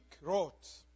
wrote